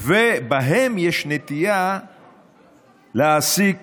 ובהם יש נטייה להעסיק